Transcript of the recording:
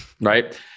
Right